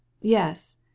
Yes